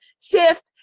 shift